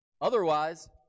Otherwise